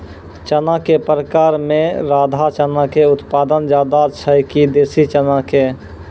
चना के प्रकार मे राधा चना के उत्पादन ज्यादा छै कि देसी चना के?